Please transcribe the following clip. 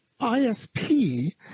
ISP